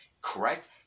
correct